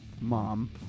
Mom